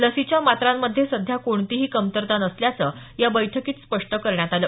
लसीच्या मात्रांमध्ये सध्या कोणतीही कमतरता नसल्याचं या बैठकीत स्पष्ट करण्यात आलं